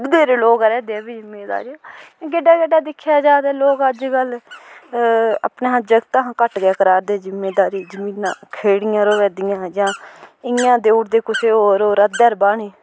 बत्थेरे लोग करा दे जिमींदारी गेड्डा गेड्डा दिक्खेआ जा ते लोक अज्जकल अपने जागतें शा घट्ट करा दे जिमींदारी जमीनां खेड़ियां रवै दियां जां इयां देई उड़दे कुसै होर होर अद्धै पर बाह्ने